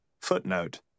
Footnote